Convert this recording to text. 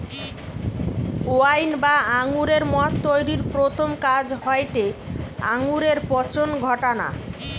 wine বা আঙুরের মদ তৈরির প্রথম কাজ হয়টে আঙুরে পচন ঘটানা